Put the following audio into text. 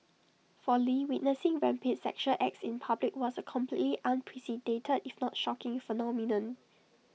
for lee witnessing rampant sexual acts in public was A completely unprecedented if not shocking phenomenon